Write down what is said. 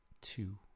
two